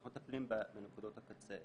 אנחנו מטפלים בנקודות הקצה.